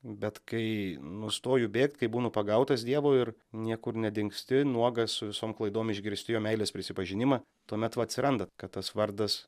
bet kai nustoju bėgt kai būnu pagautas dievo ir niekur nedingsti nuogas su visom klaidom išgirsti jo meilės prisipažinimą tuomet va atsiranda kad tas vardas